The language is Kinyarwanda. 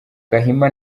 gahima